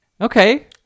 Okay